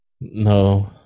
No